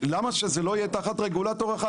למה שזה לא יהיה תחת רגולטור אחד?